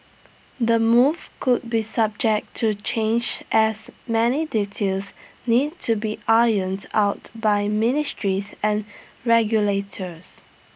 the move could be subject to change as many details need to be ironed out by ministries and regulators